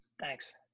Thanks